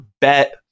bet